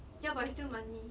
ya but it's still money